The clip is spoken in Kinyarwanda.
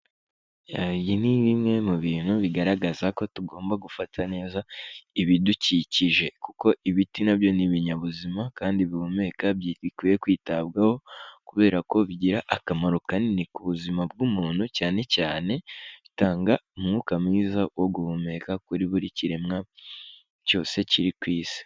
Iyi ni bimwe mu bintu bigaragaza ko tugomba gufata neza ibidukikije kuko ibiti na byo ni ibinyabuzima kandi bihumeka bikwiye kwitabwaho kubera ko bigira akamaro kanini ku buzima bw'umuntu cyane cyane bitanga umwuka mwiza wo guhumeka kuri buri kiremwa cyose kiri ku isi.